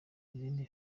izindi